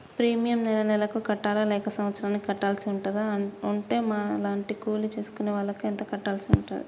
Premium నెల నెలకు కట్టాలా లేక సంవత్సరానికి కట్టాల్సి ఉంటదా? ఉంటే మా లాంటి కూలి చేసుకునే వాళ్లు ఎంత కట్టాల్సి ఉంటది?